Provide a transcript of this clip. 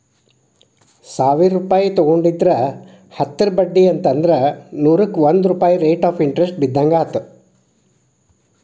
ಸಾವಿರ್ ರೂಪಾಯಿ ತೊಗೊಂಡಿದ್ರ ಹತ್ತರ ಬಡ್ಡಿ ಅಂದ್ರ ನೂರುಕ್ಕಾ ಒಂದ್ ರೂಪಾಯ್ ರೇಟ್ ಆಫ್ ಇಂಟರೆಸ್ಟ್ ಬಿದ್ದಂಗಾಯತು